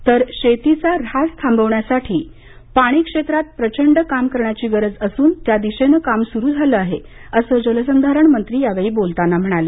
तर शेतीचा ऱ्हास थांबवण्यासाठी पाणी क्षेत्रात प्रचंड काम करण्याची गरज असून त्या दिशेने काम सूरु झाले आहे असे जलसंधारण मंत्री यावेळी म्हणाले